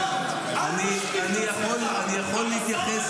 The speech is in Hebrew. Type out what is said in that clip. אני יכול להתייחס,